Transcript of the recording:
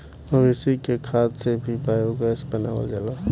मवेशी के खाद से भी बायोगैस बनावल जाला